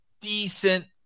Decent